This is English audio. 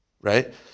right